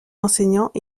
enseignants